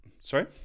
sorry